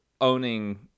owning